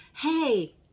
Hey